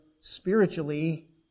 spiritually